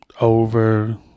over